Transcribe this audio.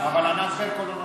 אבל ענת ברקו לא נותנת,